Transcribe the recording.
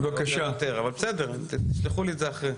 אבל בסדר, תשלחו לי את זה אחרי.